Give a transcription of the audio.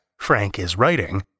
FrankIsWriting